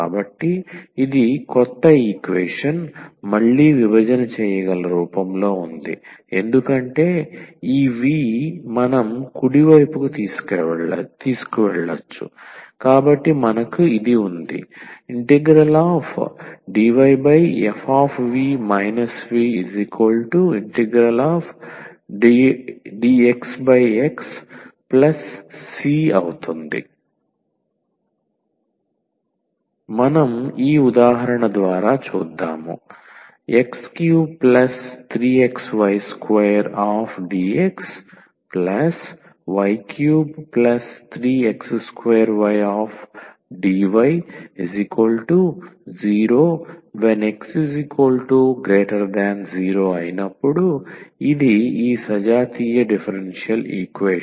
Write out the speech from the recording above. కాబట్టి ఇది కొత్త ఈక్వేషన్ మళ్ళీ విభజన చేయగల రూపంలో ఉంది ఎందుకంటే ఈ v మనం కుడి వైపుకు తీసుకెళ్లవచ్చు కాబట్టి మనకు ఉంది dvfv vdxxc మనం ఈ ఉదాహరణ ద్వారా చూద్దాం x33xy2dxy33x2ydy0x0 ఇది ఈ సజాతీయ డిఫరెన్షియల్ ఈక్వేషన్